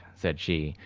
said she,